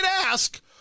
ask